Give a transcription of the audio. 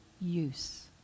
use